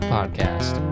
Podcast